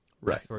Right